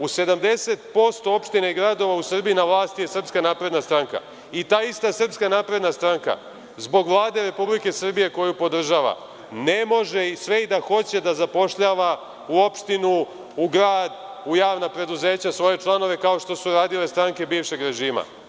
U 70% opština i gradova u Srbiji na vlasti je SNS i ta ista SNS zbog Vlade Republike Srbije koju podržava ne može, sve i da hoće, da zapošljava u opštinu, u grad, u javna preduzeća svoje članove, kao što su radile stranke bivšeg režima.